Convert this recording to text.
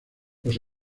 los